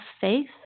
faith